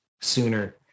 sooner